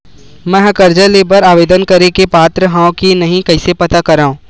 मेंहा कर्जा ले बर आवेदन करे के पात्र हव की नहीं कइसे पता करव?